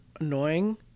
annoying